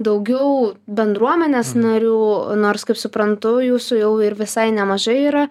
daugiau bendruomenės narių nors kaip suprantu jūsų jau ir visai nemažai yra